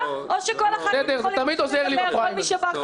או כל מי שבא חדש,